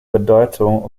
bedeutung